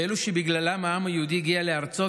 ואלו שבגללם העם היהודי הגיע לארצו,